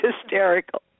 hysterical